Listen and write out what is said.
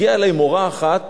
הגיעה אלי מורה אחת